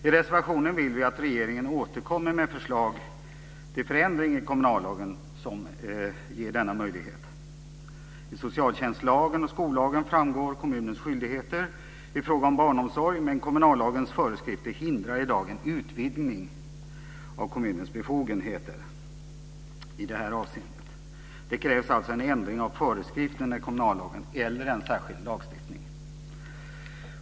I reservationen vill vi att regeringen återkommer med förslag till en förändring i kommunallagen som ger denna möjlighet. Av socialtjänstlagen och skollagen framgår kommunens skyldigheter i fråga om barnomsorg, men kommunallagens föreskrifter hindrar i dag en utvidgning av kommunens befogenheter i detta avseende. Det krävs alltså en ändring av föreskrifterna i kommunallagen eller en särskild lagstiftning.